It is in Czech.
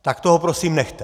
Tak toho prosím nechte.